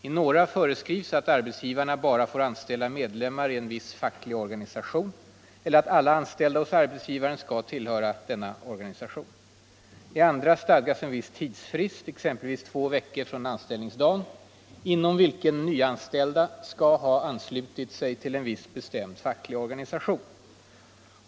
I några föreskrivs att arbetsgivarna bara får anställa medlemmar i en viss facklig organisation eller att alla anställda hos arbetsgivaren skall tillhöra denna organisation. I andra stadgas en viss tidsfrist — exempelvis två veckor från anställningsdagen — inom vilken nyanställda skall ha anslutit sig till en viss bestämd facklig organisation.